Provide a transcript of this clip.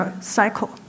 cycle